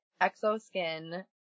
exoskin